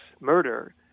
murder